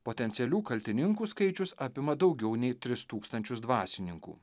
potencialių kaltininkų skaičius apima daugiau nei tris tūkstančius dvasininkų